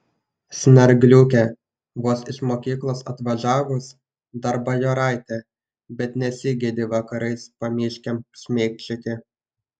snargliukė vos iš mokyklos atvažiavus dar bajoraitė bet nesigėdi vakarais pamiškėm šmėkščioti